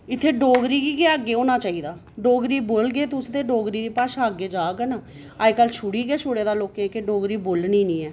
इत्थें डोगरी गी गै अग्गै होना चाहिदा डोगरी बोलगे गै ते डोगरी भाशा अग्गै जाह्ग ना अजकल छुड़ी गै छुड़े दा कि डोगरी बोलनी निं ऐ